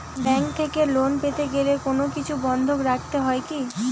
Bank থেকে loan পেতে গেলে কোনো কিছু বন্ধক রাখতে হয় কি?